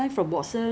I mean some some